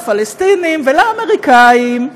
לפלסטינים ולאמריקנים,